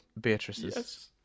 Beatrice's